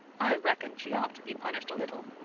i reckon she ought to be punished a little.